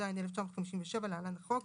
התשי"ז-1957 (להלן - החוק)